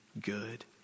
good